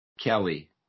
Kelly